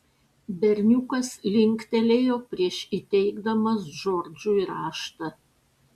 berniukas linktelėjo prieš įteikdamas džordžui raštą